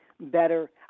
better